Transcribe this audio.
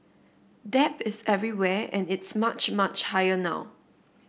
debt is everywhere and it's much much higher now